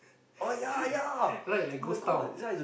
right like ghost town